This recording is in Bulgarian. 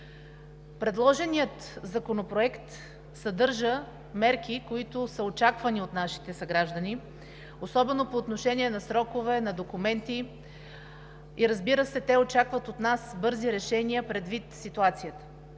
Предложеният законопроект съдържа мерки, които са очаквани от нашите съграждани – особено по отношение на срокове, на документи, и, разбира се, те очакват от нас бързи решения предвид ситуацията.